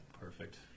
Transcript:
perfect